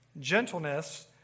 gentleness